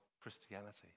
Christianity